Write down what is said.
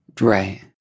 Right